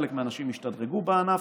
חלק מהאנשים ישתדרגו בענף.